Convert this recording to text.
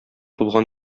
булган